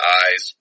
eyes